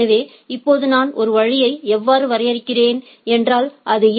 எனவே இப்போது நான் ஒரு வழியை எவ்வாறு வரையறுக்கிறேன் என்றால் இது ஏ